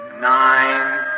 nine